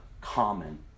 common